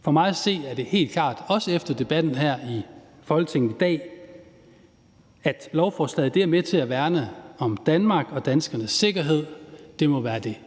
For mig at se er det helt klart, også efter debatten her i Folketinget i dag, at lovforslaget er med til at værne om Danmark og danskernes sikkerhed. Det må være det